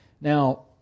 Now